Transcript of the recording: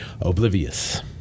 Oblivious